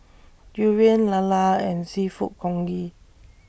Durian Lala and Seafood Congee